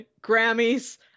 Grammys